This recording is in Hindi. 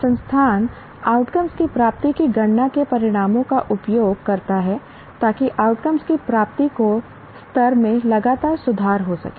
और संस्थान आउटकम की प्राप्ति की गणना के परिणामों का उपयोग करता है ताकि आउटकम की प्राप्ति के स्तर में लगातार सुधार हो सके